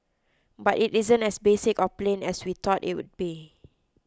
but it isn't as basic or plain as we thought it would be